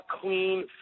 clean